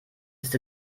ist